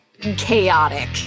chaotic